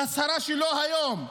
בהצהרה שלו היום,